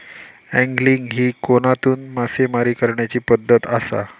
angling ही कोनातून मासेमारी करण्याची पद्धत आसा